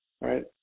right